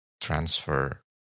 transfer